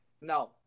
No